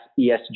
ESG